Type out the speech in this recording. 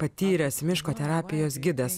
patyręs miško terapijos gidas